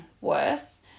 worse